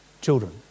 children